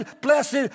blessed